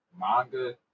manga